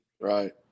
Right